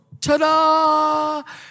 ta-da